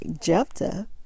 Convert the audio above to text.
Jephthah